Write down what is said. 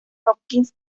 hopkins